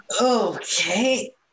Okay